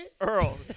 Earl